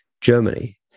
Germany